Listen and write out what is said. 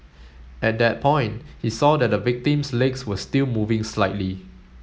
at that point he saw that the victim's legs were still moving slightly